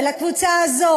אל הקבוצה הזאת,